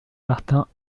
martin